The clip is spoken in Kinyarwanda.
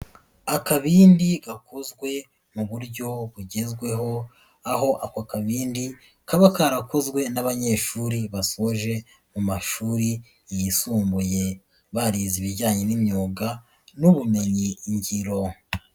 Akabindi gakozwe mu buryo bugezweho, aho ako kabindi kaba karakozwe n'abanyeshuri basoje mu mashuri yisumbuye barize ibijyanye n'imyuga n'ubumenyingiro.